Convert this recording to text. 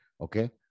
Okay